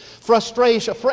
frustration